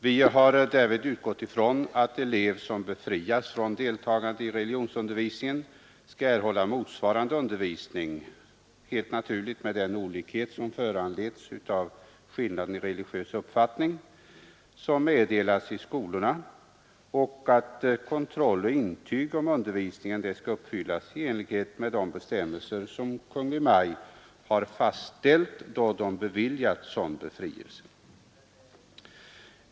Vi har därvid utgått från att elev som befrias från deltagande i religionsundervisningen skall erhålla motsvarande undervisning — helt naturligt med den olikhet som föranleds av skillnaden i religiös uppfattning — som meddelas i skolorna samt att kontroll och intyg om undervisningen skall uppfyllas i enlighet med de bestämmelser som av Kungl. Maj:t har fastställts vid beviljande av sådan befrielse.